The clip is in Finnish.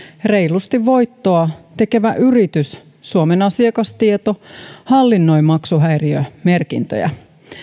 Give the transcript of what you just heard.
reilusti voittoa tekevä yritys suomen asiakastieto hallinnoi maksuhäiriömerkintöjä